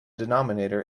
denominator